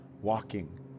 walking